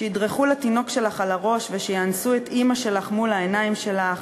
"שידרכו לתינוק שלך על הראש ושיאנסו את אימא שלך מול העיניים שלך",